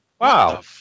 Wow